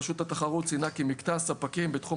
רשות התחרות ציינה כי מקטע הספקים בתחום